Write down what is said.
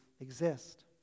exist